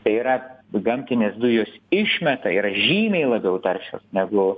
tai yra gamtinės dujos išmeta yra žymiai labiau taršios negu